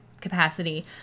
capacity